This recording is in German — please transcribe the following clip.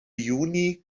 juni